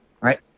right